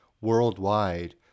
worldwide